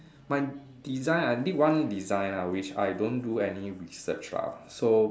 my design I did one design lah which I don't do any research lah so